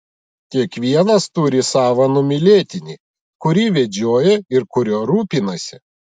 kiekvienas turi savo numylėtinį kurį vedžioja ir kuriuo rūpinasi